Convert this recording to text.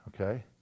okay